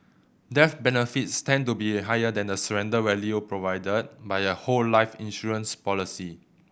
death benefits tend to be higher than the surrender value provided by a whole life insurance policy